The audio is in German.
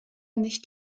nicht